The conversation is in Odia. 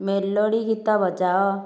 ମେଲୋଡି ଗୀତ ବଜାଅ